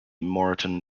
moreton